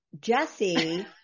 Jesse